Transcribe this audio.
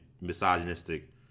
misogynistic